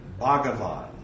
Bhagavan